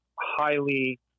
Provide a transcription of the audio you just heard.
highly